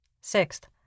Sixth